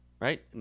right